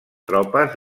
tropes